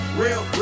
real